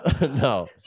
No